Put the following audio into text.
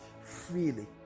freely